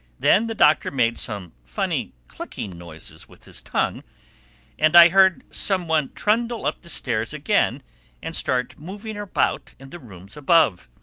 then the doctor made some funny clicking noises with his tongue and i heard some one trundle up the stairs again and start moving about in the rooms above.